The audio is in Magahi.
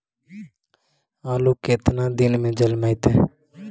आलू केतना दिन में जलमतइ?